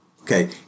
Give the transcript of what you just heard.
okay